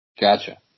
Gotcha